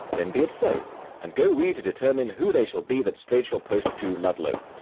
then be it so and go we to determine who they shall be that straight shall post to ludlow.